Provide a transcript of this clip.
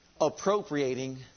appropriating